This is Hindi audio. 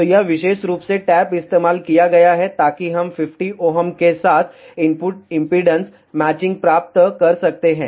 तो यह विशेष रूप से टैप इस्तेमाल किया गया है ताकि हम 50 Ω के साथ इनपुट इम्पीडेन्स मैचिंग प्राप्त कर सकते हैं